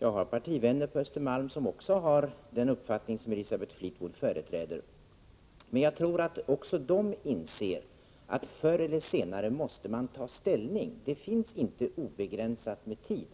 Jag har partivänner på Östermalm som har samma uppfattning som Elisabeth Fleetwood. Men jag tror att också de inser att förr eller senare måste man ta ställning. Det finns inte obegränsat med tid